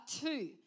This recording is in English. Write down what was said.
two